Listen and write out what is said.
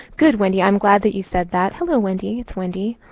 good, wendy. i'm glad that you said that. hello, wendy. it's wendy.